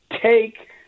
take